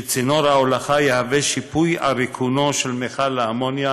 שצינור ההולכה יהיה שיפוי על ריקון מכל האמוניה